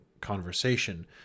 conversation